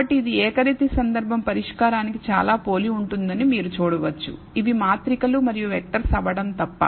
కాబట్టి ఇది ఏకరీతి సందర్భం పరిష్కారానికి చాలా పోలి ఉంటుందని మీరు చూడవచ్చు ఇవి మాత్రికలు మరియు వెక్టర్స్ అవ్వడం తప్ప